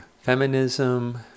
feminism